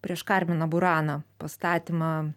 prieš karmina burana pastatymą